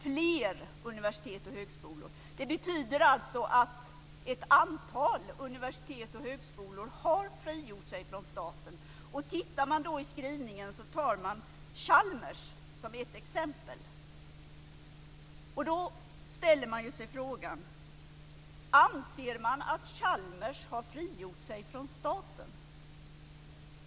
Fler universitet och högskolor - det betyder alltså att ett antal universitet och högskolor har frigjort sig från staten. I skrivningen tar man Chalmers som ett exempel. Då är frågan: Anser man att Chalmers har frigjort sig från staten?